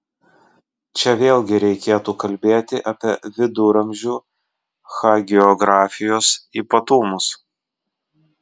čia vėlgi reikėtų kalbėti apie viduramžių hagiografijos ypatumus